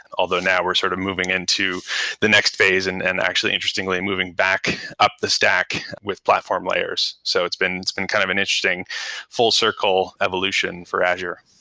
and although now we're sort of moving into the next phase and and actually interestingly moving back up the stack with platform layers. so it's been it's been kind of an interesting full circle evolution for azure.